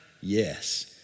Yes